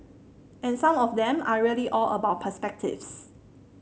and some of them are really all about perspectives